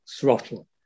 throttle